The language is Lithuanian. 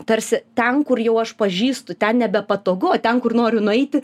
tarsi ten kur jau aš pažįstu ten nebepatogu ten kur noriu nueiti